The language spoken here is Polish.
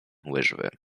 łyżwy